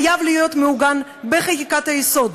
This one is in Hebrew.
חייב להיות מעוגן בחקיקת היסוד